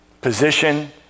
position